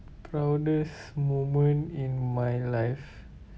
proudest moment in my life